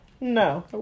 no